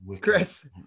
Chris